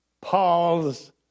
Paul's